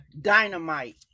dynamite